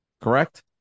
Correct